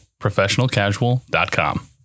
professionalcasual.com